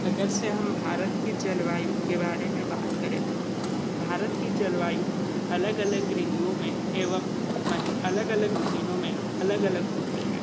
अगर जैसे हम भारत की जलवायु के बारे में बात करें तो भारत की जलवायु अलग अलग ऋतुओ में एवं अलग अलग महीनों में अलग अलग होती हैं